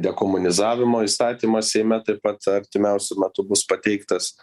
dekomunizavimo įstatymas seime taip pat artimiausiu metu bus pateiktas